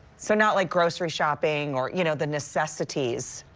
so not like grocery shopping or you know the necessities.